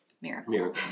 miracle